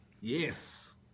Yes